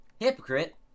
Hypocrite